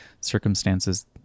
circumstances